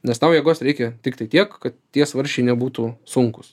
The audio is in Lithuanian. nes tau jėgos reikia tiktai tiek kad tie svarsčiai nebūtų sunkūs